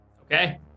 Okay